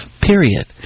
period